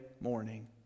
morning